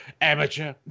amateur